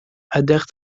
adhère